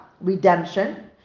Redemption